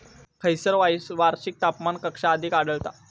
खैयसर वार्षिक तापमान कक्षा अधिक आढळता?